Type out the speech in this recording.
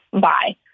bye